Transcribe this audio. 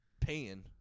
paying